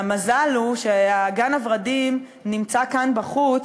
והמזל הוא שגן-הוורדים נמצא כאן בחוץ,